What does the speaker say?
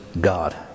God